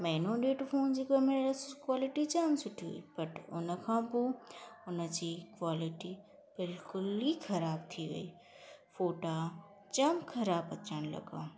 महीनो ॾेढ फ़ोन जे केमरा कॉलिटी जाम सुठी हुई बट हुन खां पोइ हुनजी कॉलिटी बिल्कुलु ई ख़राबु थी वेई फ़ोटा जाम ख़राबु अचण लॻा